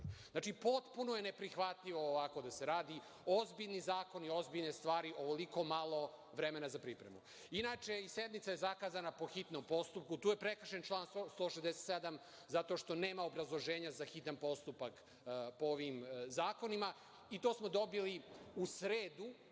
skupštini. Potpuno je neprihvatljivo da se ovako radi. Ozbiljni zakoni, ozbiljne stvari, ovoliko malo vremena za pripremu. Inače, i sednica je zakazana po hitnom postupku, tu je prekršen član 167. zato što nema obrazloženja za hitan postupak po ovim zakonima i to smo dobili u sredu